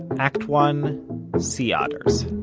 act one sea otters